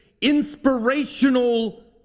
inspirational